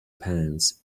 pants